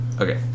Okay